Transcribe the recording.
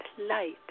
light